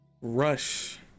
rush